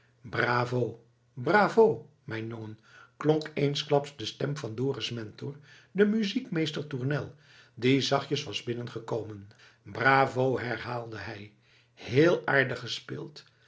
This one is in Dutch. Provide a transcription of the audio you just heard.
bravo bravo mijn jongen klonk eensklaps de stem van dorus mentor den muziekmeester tournel die zachtjes was binnengekomen bravo herhaalde hij heel aardig gespeeld